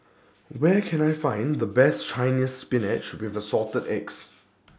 Where Can I Find The Best Chinese Spinach with Assorted Eggs